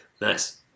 Nice